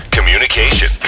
Communication